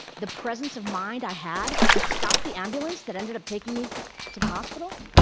the presence of mind i had to stop the ambulance that ended up taking me to the hospital,